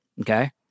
okay